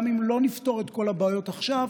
גם אם לא נפתור את הבעיות עכשיו,